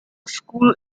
school